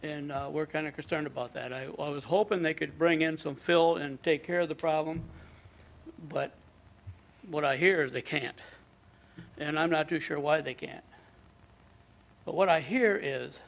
and we're kind of concerned about that i was hoping they could bring in some fill in and take care of the problem but what i hear is they can't and i'm not too sure why they get but what i hear is